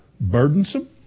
burdensome